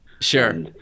Sure